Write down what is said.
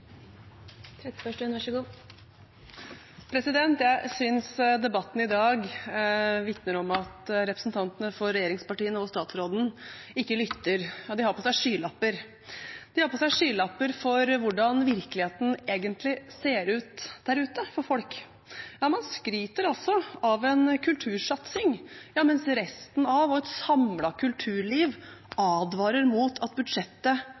Jeg synes debatten i dag vitner om at representantene for regjeringspartiene, og statsråden, ikke lytter. De har på seg skylapper. De har på seg skylapper for hvordan virkeligheten egentlig ser ut der ute for folk. Man skryter av en kultursatsing – mens et samlet kulturliv advarer mot at budsjettet